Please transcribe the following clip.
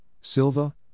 Silva